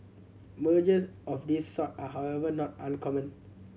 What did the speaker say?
mergers of this sort are however not uncommon